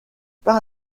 par